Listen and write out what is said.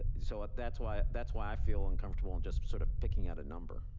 ah so ah that's why that's why i feel uncomfortable in just sort of picking out a number.